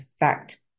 effect